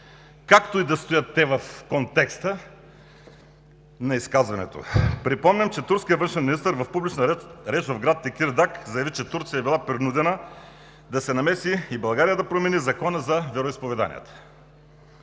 както и да стоят те в контекста на изказването. Припомням, че турският външен министър в публична реч в град Текирдаг заяви, че Турция е била принудена да се намеси и България да промени Закона за вероизповеданията.